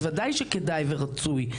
בוודאי שכדאי ורצוי,